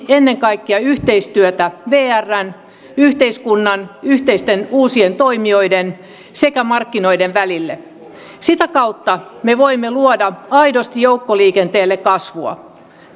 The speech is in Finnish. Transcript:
ennen kaikkea yhteistyötä vrn yhteiskunnan yhteisten uusien toimijoiden sekä markkinoiden välille sitä kautta me voimme luoda aidosti joukkoliikenteelle kasvua